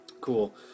Cool